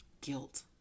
guilt